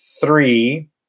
three